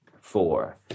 four